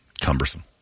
cumbersome